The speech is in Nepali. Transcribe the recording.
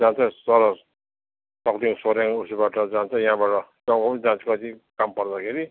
जहाँ चाहिँ सरोज तग्दादेखि सोराङ उसबाट जान्छ यहाँबाट गाउँको पनि जान्छ कति काम पर्दाखेरि